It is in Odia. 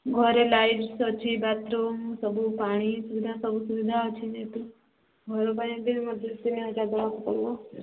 ଘରେ ଲାଇଟ୍ ଅଛି ବାଥରୁମ୍ ପାଣି ପୁଣା ସବୁ ସୁବିଧା ଅଛି ଘର ପାଇଁ ମଧ୍ୟ ତିନି ହଜାର ଦେବାକୁ ପଡ଼ିବ